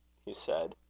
he said.